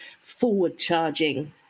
forward-charging